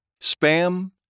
Spam